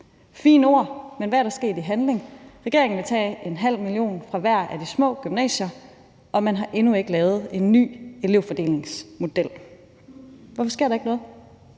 fine ord, men hvad er der sket handling? Regeringen vil tage ½ mio. kr. fra hver af de små gymnasier, og man har endnu ikke lavet en ny elevfordelingsmodel. Hvorfor sker der ikke noget?